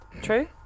True